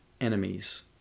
enemies